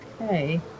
Okay